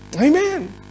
Amen